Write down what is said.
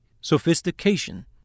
sophistication